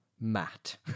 Matt